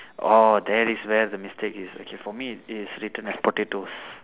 orh there is where the mistake is okay for me it is written as potatoes